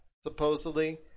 supposedly